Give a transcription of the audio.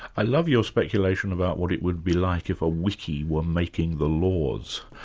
i love your speculation about what it would be like if a wiki were making the laws.